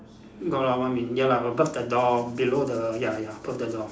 got lah one I mean ya lah above the door below the ya ya above the door